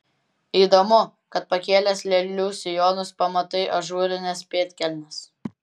įdomu kad pakėlęs lėlių sijonus pamatai ažūrines pėdkelnes